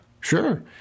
sure